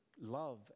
love